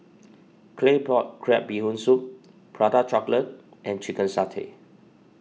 Claypot Crab Bee Hoon Soup Prata Chocolate and Chicken Satay